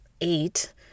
eight